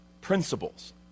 principles